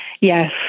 yes